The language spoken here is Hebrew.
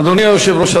אדוני היושב-ראש,